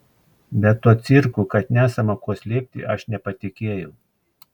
bet tuo cirku kad nesama ko slėpti aš nepatikėjau